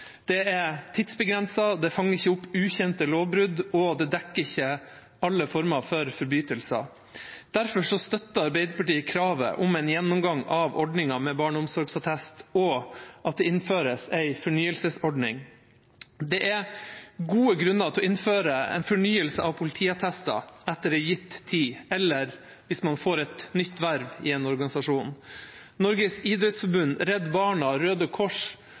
Det er tidsbegrenset, det fanger ikke opp ukjente lovbrudd, og det dekker ikke alle former for forbrytelser. Derfor støtter Arbeiderpartiet kravet om en gjennomgang av ordningen med barneomsorgsattest og at det innføres en fornyelsesordning. Det er gode grunner til å innføre en fornyelse av politiattester etter en gitt tid eller hvis man får et nytt verv i en organisasjon. Norges idrettsforbund, Redd Barna, Røde Kors